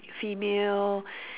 female